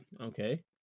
Okay